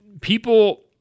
people